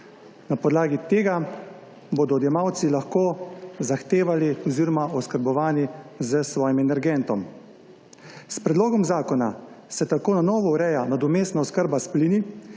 Na podlagi tega bodo odjemalci lahko zahtevali oziroma oskrbovani s svojim energentom. S predlogom zakona se tako na novo ureja nadomestna oskrba s plini,